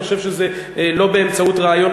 אני חושב שזה לא באמצעות ריאיון,